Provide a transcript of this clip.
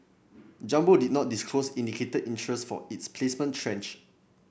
Jumbo did not disclose indicated interest for its placement tranche